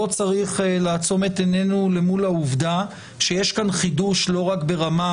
לא צריך לעצום את עיננו למול העובדה שיש כאן חידוש לא רק ברמה